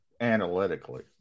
analytically